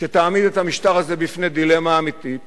שיעמידו את המשטר הזה בפני דילמה אמיתית